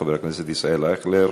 חבר הכנסת ישראל אייכלר,